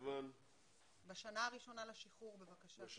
בשנה הראשונה לשחרור, בבקשה.